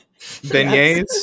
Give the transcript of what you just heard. beignets